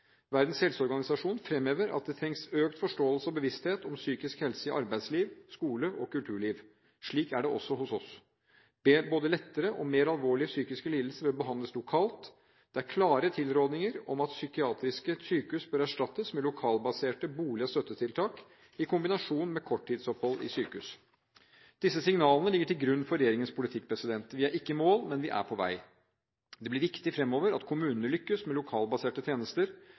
Verdens helseorganisasjon fremhever at det trengs økt forståelse og bevissthet om psykisk helse i arbeidsliv, skole og kulturliv. Slik er det også hos oss. Både lettere og mer alvorlige psykiske lidelser bør behandles lokalt. Det er klare tilrådinger om at psykiatriske sykehus bør erstattes med lokalbaserte bolig- og støttetiltak i kombinasjon med korttidsopphold i sykehus. Disse signalene ligger til grunn for regjeringens politikk. Vi er ikke i mål, men vi er på vei. Det blir viktig fremover at kommunene lykkes med lokalbaserte tjenester,